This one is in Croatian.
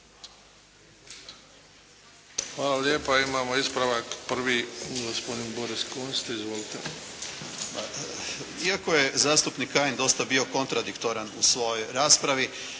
Hvala lijepa. Imamo ispravak. Prvi, gospodin Boris Kunst. Izvolite. **Kunst, Boris (HDZ)** Iako je zastupnik Kajin dosta bio kontradiktoran u svojoj raspravi,